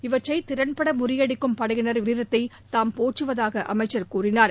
இவற்றை திறன்பட முறியடிக்கும் படையினரின் வீரத்தை தாம் போற்றுவதாக அமைச்சர் குறிப்பிட்டார்